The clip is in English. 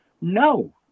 No